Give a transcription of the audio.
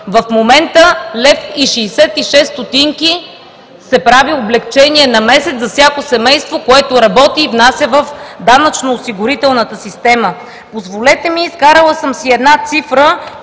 В момента 1,66 лв. се прави облекчение на месец за всяко семейство, което работи и внася в данъчно-осигурителната система. Позволете ми, вкарала съм си една цифра,